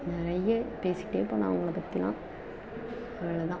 நிறைய பேசிக்கிட்டே போகலாம் அவங்கள பற்றிலாம் அவ்வளோ தான்